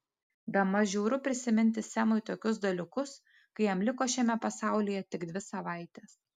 bemaž žiauru priminti semui tokius dalykus kai jam liko šiame pasaulyje tik dvi savaitės